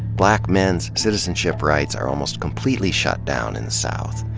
black men's citizenship rights are almost completely shut down in south.